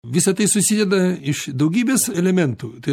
visa tai susideda iš daugybės elementų tai